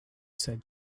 said